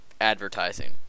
advertising